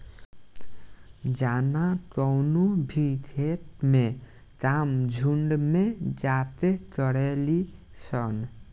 जाना कवनो भी खेत के काम झुंड में जाके करेली सन